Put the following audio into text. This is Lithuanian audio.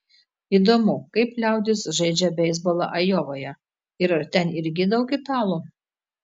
įdomu kaip liaudis žaidžia beisbolą ajovoje ir ar ten irgi daug italų